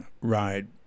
ride